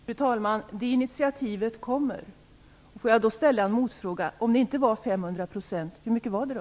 Fru talman! Det initiativet kommer. Jag vill ställa en motfråga. Om det inte var 500 %, hur mycket var det då?